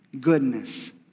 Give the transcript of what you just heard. goodness